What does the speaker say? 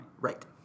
Right